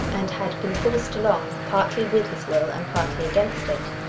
and had been forced along, partly with his will and partly against it,